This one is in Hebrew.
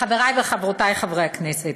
חברי וחברותי חברי הכנסת,